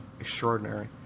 extraordinary